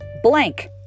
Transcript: blank